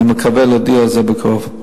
אני מקווה להודיע על זה בקרוב.